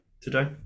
today